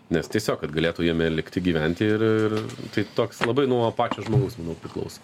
nes tiesiog kad galėtų jame likti gyventi ir ir tai toks labai nuo pačio žmogaus manau priklauso